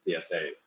PSA